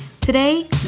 Today